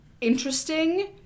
interesting